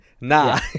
nah